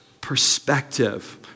perspective